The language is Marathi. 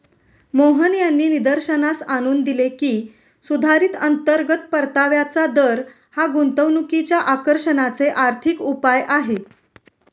मोहन यांनी निदर्शनास आणून दिले की, सुधारित अंतर्गत परताव्याचा दर हा गुंतवणुकीच्या आकर्षणाचे आर्थिक उपाय आहे